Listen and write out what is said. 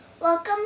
Welcome